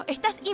Estás